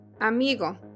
amigo